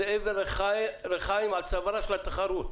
זה אבן רחיים על צווארה של התחרות.